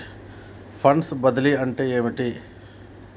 Funds బదిలీ అంటే ఏమిటి?